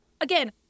again